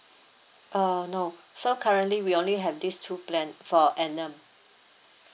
uh no so currently we only have these two plan for annum